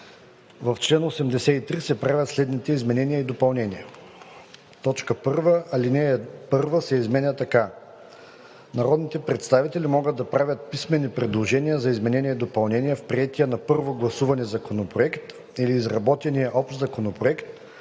В чл. 83 се правят следните изменения и допълнения: 1. Алинея 1 се изменя така: „(1) Народните представители могат да правят писмени предложения за изменения и допълнения в приетия на първо гласуване Законопроект или изработения общ Законопроект